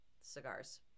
cigars